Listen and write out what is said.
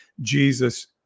Jesus